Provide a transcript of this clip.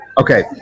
Okay